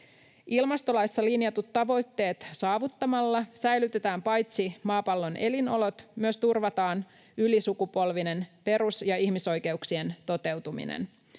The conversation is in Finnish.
Ilmastolaissa linjatut tavoitteet saavuttamalla paitsi säilytetään maapallon elinolot myös turvataan ylisukupolvinen perus- ja ihmisoikeuksien toteutuminen,